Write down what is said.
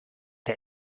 der